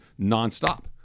nonstop